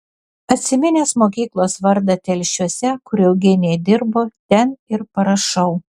atsiminęs mokyklos vardą telšiuose kur eugenija dirbo ten ir parašau